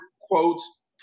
quotes